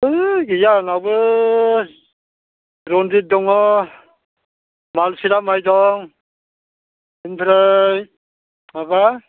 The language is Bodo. है गैया आंनाबो रनजित दङ मालसिरा माइ दं ओमफ्राय माबा